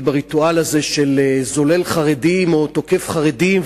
בריטואל הזה של זולל חרדים או תוקף חרדים,